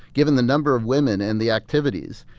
given the number of women and the activities.